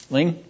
Ling